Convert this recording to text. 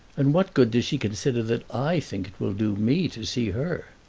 and what good does she consider that i think it will do me to see her?